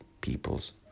peoples